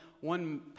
one